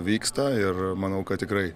vyksta ir manau kad tikrai